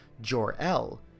Jor-El